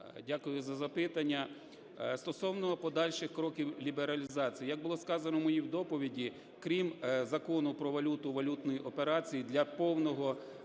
Дякую за запитання. Стосовно подальших кроків лібералізації. Як було сказано в моїй доповіді, крім Закону "Про валюту і валютні операції" для повного